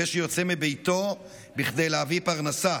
זה שיוצא מביתו כדי להביא פרנסה.